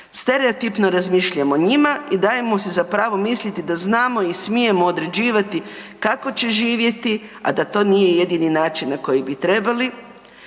Stereotipno razmišljamo o njima i dajemo si za pravo misliti da znamo i smijemo određivati kako će živjeti, a da to nije jedini način na koji bi trebali.